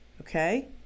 okay